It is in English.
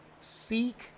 Seek